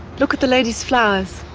look at the lady's flowers.